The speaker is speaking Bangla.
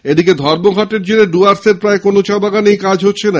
এদিকে ধর্মঘটের জেরে ডুয়ার্সের প্রায় কোন চা বাগানেই কাজ হচ্ছে না